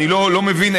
אני לא מבין,